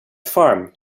farm